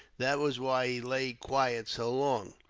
that was why he lay quiet so long,